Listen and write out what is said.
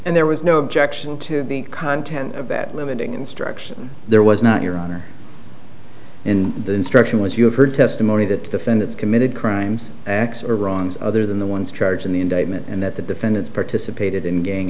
and there was no objection to the content of that limiting instruction there was not your honor in the instruction was you have heard testimony that defendants committed crimes acts or wrongs other than the ones charged in the indictment and that the defendants participated in gang